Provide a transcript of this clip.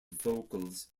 vocals